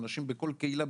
אנשים בכל קהילה,